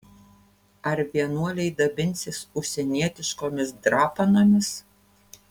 ar vienuoliai dabinsis užsienietiškomis drapanomis